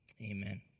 Amen